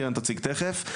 קרן תציג תיכף,